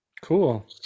Cool